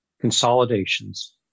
consolidations